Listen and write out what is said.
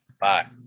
Bye